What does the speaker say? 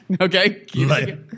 Okay